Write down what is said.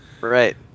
Right